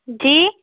जी